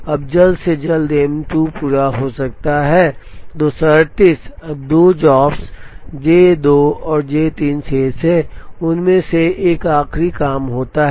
अब जल्द से जल्द एम 2 पूरा हो सकता है 238 अब दो जॉब्स जे 2 और जे 3 शेष हैं उनमें से एक आखिरी काम होना है